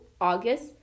August